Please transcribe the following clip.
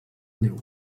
neu